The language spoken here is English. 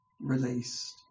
released